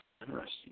Interesting